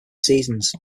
seasons